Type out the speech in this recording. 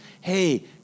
Hey